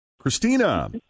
Christina